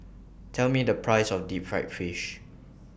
Tell Me The Price of Deep Fried Fish